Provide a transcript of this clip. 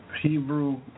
Hebrew